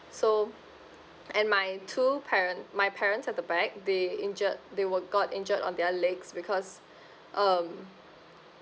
so and my two parent my parents at the back they injured they were got injured on their legs because um